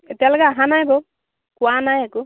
এতিয়ালৈকে আহা নাই বাৰু কোৱা নাই একো